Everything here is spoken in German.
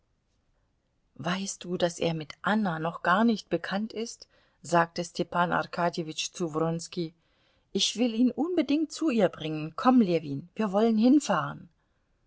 weißt du daß er mit anna noch gar nicht bekannt ist sagte stepan arkadjewitsch zu wronski ich will ihn unbedingt zu ihr bringen komm ljewin wir wollen hinfahren